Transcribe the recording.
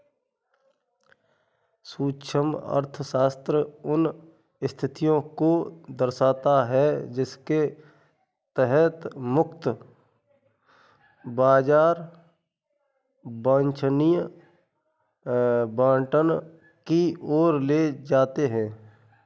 सूक्ष्म अर्थशास्त्र उन स्थितियों को दर्शाता है जिनके तहत मुक्त बाजार वांछनीय आवंटन की ओर ले जाते हैं